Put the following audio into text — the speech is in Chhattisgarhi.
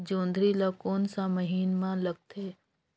जोंदरी ला कोन सा महीन मां लगथे?